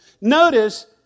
Notice